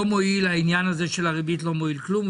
והעניין של הריבית לא מועיל כלום.